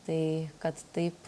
tai kad taip